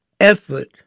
effort